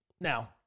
Now